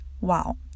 Wow